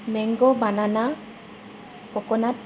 mango banana coconut